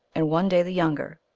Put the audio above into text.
and one day the younger,